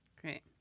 Great